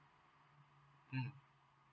mm mm